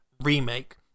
Remake